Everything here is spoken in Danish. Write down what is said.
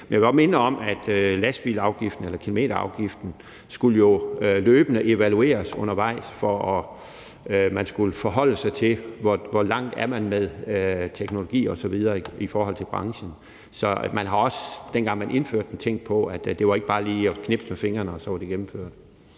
Men jeg vil godt minde om, at lastbilafgiften – eller kilometerafgiften – jo løbende skulle evalueres, og man skulle forholde sig til, hvor langt man er med teknologi osv. i forhold til branchen, så man har også, dengang man indførte den, tænkt på, at det ikke bare lige var at knipse med fingrene, og at så var det gennemført.